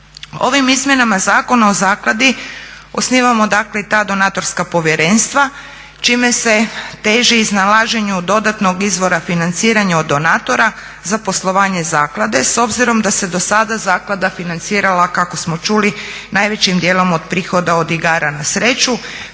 Ovim Izmjenama zakona o zakladi osnivamo dakle i ta donatorska povjerenstva čime se teži iznalaženju dodatnog izvora financiranja od donatora za poslovanje zaklade s obzirom da se do sada zaklada financirala kako smo čuli najvećim dijelom od prihoda od igara na sreću